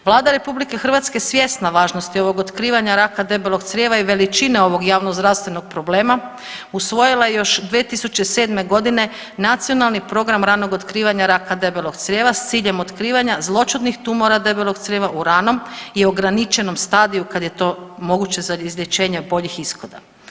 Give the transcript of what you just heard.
Vlada Republike Hrvatske svjesna važnosti ovog otkrivanja raka debelog crijeva i veličine ovog javno-zdravstvenog problema usvojila je još 2007. godine Nacionalni program ranog otkrivanja raka debelog crijeva s ciljem otkrivanja zloćudnih tumora debelog crijeva u ranom i ograničenom stadiju kada je to moguće za izlječenje boljih ishoda.